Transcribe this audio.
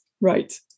Right